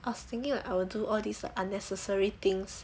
I was thinking of I will do all these unnecessary things